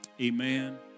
amen